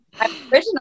originally